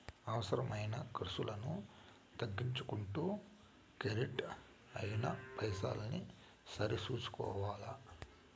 అవసరమైన కర్సులను తగ్గించుకుంటూ కెడిట్ అయిన పైసల్ని సరి సూసుకోవల్ల